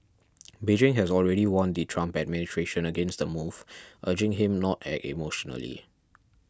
Beijing has already warned the Trump administration against the move urging him not act emotionally